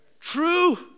True